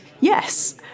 Yes